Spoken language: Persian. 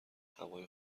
هوای